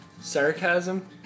sarcasm